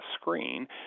screen